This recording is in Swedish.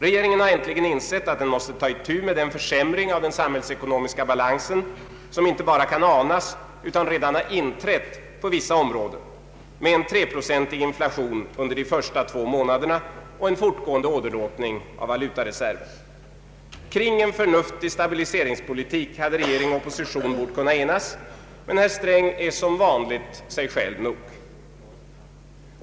Regeringen har till sist insett att den måste ta itu med den försämring av den samhällsekonomiska balansen som inte bara kan anas utan som redan inträtt på vissa områden, med en 3-procentig inflation under årets första två månader och en fortgående åderlåtning av vår valutareserv. Kring en förnuftig stabiliseringspolitik borde regering och opposition ha kunnat enas, men herr Sträng är som vanligt sig själv nog.